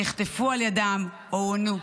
נחטפו על ידם או עונו.